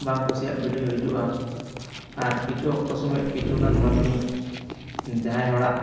ᱵᱟᱝ ᱠᱩᱥᱤᱭᱟᱜ ᱵᱷᱤᱰᱤᱭᱳ ᱦᱤᱡᱩᱜᱼᱟ ᱟᱨ ᱠᱤᱪᱷᱩ ᱚᱠᱛᱚ ᱥᱚᱢᱚᱭ ᱠᱤᱷᱩ ᱜᱟᱱ ᱢᱟᱹᱱᱢᱤ ᱡᱟᱦᱟᱸᱭ ᱦᱚᱲᱟᱜ